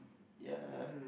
ya